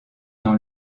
dans